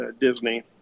Disney